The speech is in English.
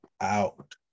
out